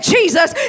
Jesus